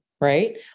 right